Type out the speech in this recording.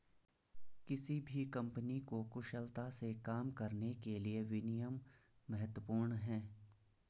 किसी भी कंपनी को कुशलता से काम करने के लिए विनियम महत्वपूर्ण हैं